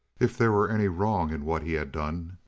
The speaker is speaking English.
if there were any wrong in what he had done,